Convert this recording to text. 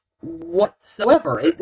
whatsoever